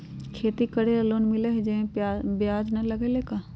खेती करे ला लोन मिलहई जे में ब्याज न लगेला का?